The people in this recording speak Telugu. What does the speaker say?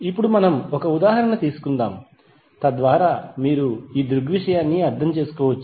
ఇప్పుడు మనము ఒక ఉదాహరణ తీసుకుందాం తద్వారా మీరు ఈ దృగ్విషయాన్ని అర్థం చేసుకోవచ్చు